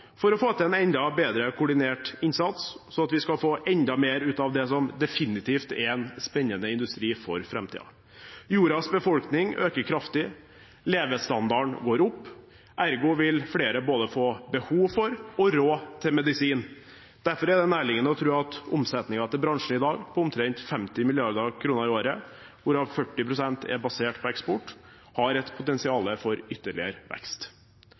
for å få til en enda bedre koordinert innsats, slik at vi kan få enda mer ut av det som definitivt er en spennende industri for framtiden. Jordas befolkning øker kraftig, levestandarden går opp, ergo vil flere få både behov for og råd til medisin. Derfor er det nærliggende å tro at omsetningen i bransjen i dag, som er på omtrent 50 mrd. kr. i året, hvorav 40 pst. er basert på eksport, har et potensial for ytterligere vekst.